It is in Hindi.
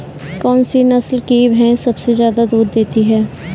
कौन सी नस्ल की भैंस सबसे ज्यादा दूध देती है?